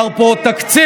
לא יפה.